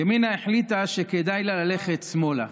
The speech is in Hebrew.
ימינה החליטה שכדאי ללכת שמאלה,